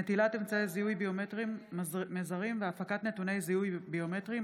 (נטילת אמצעי זיהוי ביומטריים מזרים והפקת נתוני זיהוי ביומטריים),